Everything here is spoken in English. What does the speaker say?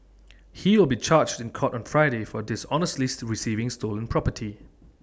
he will be charged in court on Friday for dishonestly to receiving stolen property